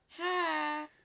Hi